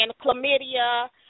chlamydia